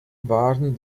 waren